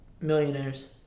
millionaires